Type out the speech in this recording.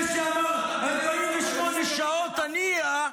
זה שאמר: 48 שעות הנייה,